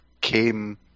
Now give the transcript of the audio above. came